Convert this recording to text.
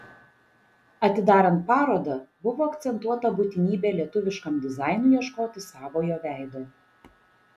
atidarant parodą buvo akcentuota būtinybė lietuviškam dizainui ieškoti savojo veido